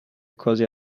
cozy